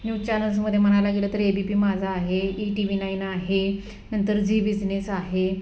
news चॅनल्समध्ये म्हणायला गेलं तर ए बी पी माझा आहे ई टीव्ही नाईन आहे नंतर झी बिझनेस आहे